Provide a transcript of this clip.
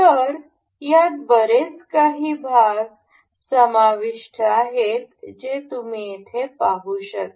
तर यात बरेच काही भाग समाविष्ट आहेत जे तुम्ही इथे पाहू शकता